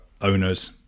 owner's